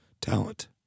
talent